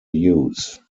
use